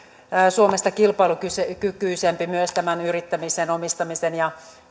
suomesta kilpailukykyisempi myös yrittämisen omistamisen ja